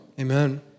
Amen